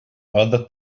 other